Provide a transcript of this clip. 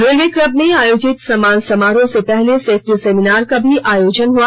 railway club में आयोजित सम्मान समारोह से पहले सेफ्टी सेमिनार का भी आयोजन हुआ